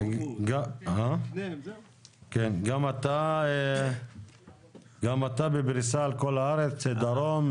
גם אתה בפריסה על כל הארץ דרום,